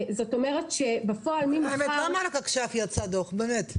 זאת אומרת שבפועל ממחר --- למה רק עכשיו יצא דוח באמת?